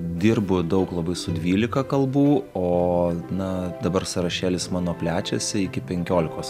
dirbu daug labai su dvylika kalbų o na dabar sąrašėlis mano plečiasi iki penkiolikos